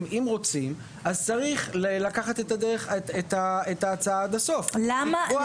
אם רוצים אז צריך לקחת את ההצעה עד הסוף --- למה,